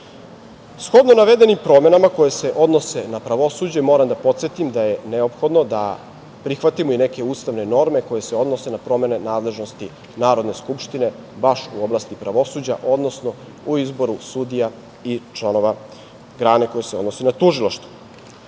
navedenim promenama koje se odnose na pravosuđe, moram da podsetim da je neophodno da prihvatimo i neke ustavne norme koje se odnose na promene nadležnosti Narodne skupštine, baš u oblasti pravosuđa, odnosno o izboru sudija i članova grane koja se odnosi na tužilaštvo. Promena